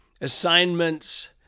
assignments